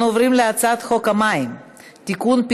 אנחנו עוברים להצעת חוק המים (תיקון,